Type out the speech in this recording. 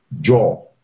jaw